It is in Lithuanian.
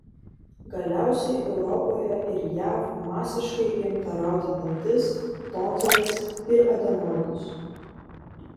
galiausiai europoje ir jav masiškai imta rauti dantis tonziles ir adenoidus